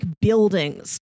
buildings